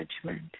judgment